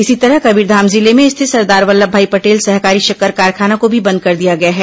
इसी तरह कबीरधाम जिले में स्थित सरदार वल्लभभाई पटेल सहकारी शक्कर कारखाना को भी बंद कर दिया गया है